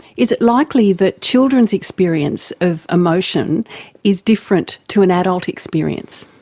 is it likely that children's experience of emotion is different to an adult experience?